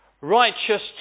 Righteous